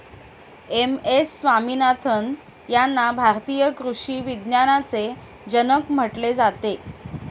M S Swaminathan यांना भारतीय कृषी विज्ञानाचे जनक म्हटले जाते